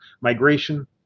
migration